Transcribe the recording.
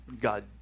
God